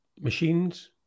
Machines